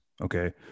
Okay